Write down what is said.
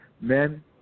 men